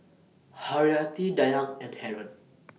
Haryati Dayang and Haron